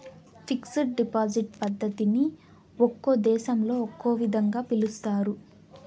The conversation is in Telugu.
ఫిక్స్డ్ డిపాజిట్ పద్ధతిని ఒక్కో దేశంలో ఒక్కో విధంగా పిలుస్తారు